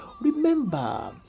Remember